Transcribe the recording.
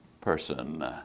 person